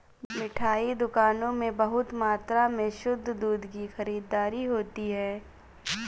मिठाई दुकानों में बहुत मात्रा में शुद्ध दूध की खरीददारी होती है